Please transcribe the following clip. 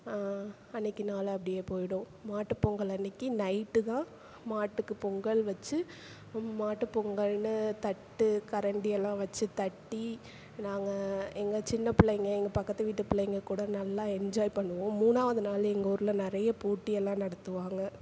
அன்றைக்கு நாள் அப்படியே போய்டும் மாட்டுப் பொங்கல் அன்னைக்கு நைட்டு தான் மாட்டுக்கு பொங்கல் வச்சு மாட்டு பொங்கல்னு தட்டு கரண்டி எல்லாம் வச்சு தட்டி நாங்கள் எங்கள் சின்ன பிள்ளைங்கள் எங்கள் பக்கத்து வீட்டு பிள்ளைங்கள் கூட நல்லா என்ஜாய் பண்ணுவோம் மூணாவது நாள் எங்கள் ஊரில் நிறைய போட்டி எல்லாம் நடத்துவாங்க